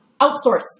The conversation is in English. outsource